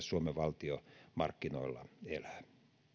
suomen valtio tulevaisuudessa markkinoilla elää